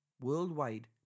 Worldwide